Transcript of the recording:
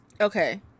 okay